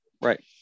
Right